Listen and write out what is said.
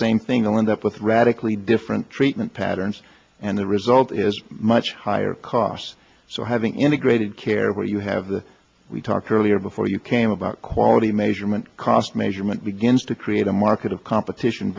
same thing a wind up with radically different treatment patterns and the result is much higher costs so having integrated care what you have that we talked earlier before you came about quality measurement cost measurement begins to create a market of competition